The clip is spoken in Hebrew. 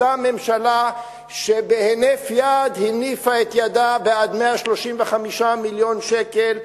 אותה ממשלה שבהינף יד הניפה את ידה בעד 135 מיליון שקל,